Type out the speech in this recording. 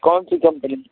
कौन सी कंपनी